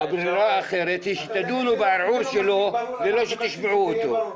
הברירה האחרת היא שתדונו בערעור שלו בלא שתשמעו אותו.